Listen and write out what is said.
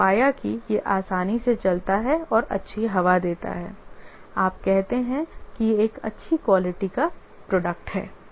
और पाया कि यह आसानी से चलता है और अच्छी हवा देता है आप कहते हैं कि यह एक अच्छी क्वालिटी का प्रोडक्ट है